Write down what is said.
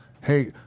Hey